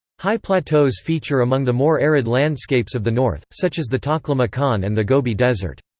high plateaus feature among the more arid landscapes of the north, such as the taklamakan and the gobi desert.